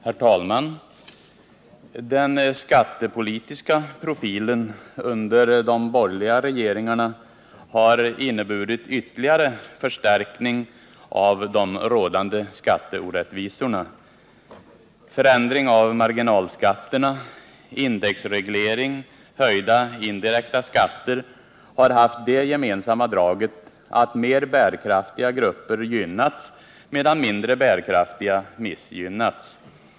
Herr talman! Den skattepolitiska profilen under de borgerliga regeringarna har inneburit ytterligare förstärkning av de rådande skatteorättvisorna. Förändringen av marginalskatterna, indexregleringen och de höjda indirekta skatterna har haft det gemensamma draget att mer bärkraftiga grupper gynnats medan mindre bärkraftiga missgynnats.